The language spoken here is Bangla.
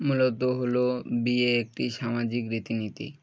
মূলত হলো বিয়ে একটি সামাজিক রীতিনীতি